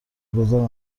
میگذارد